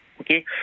Okay